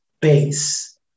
base